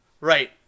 Right